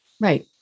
Right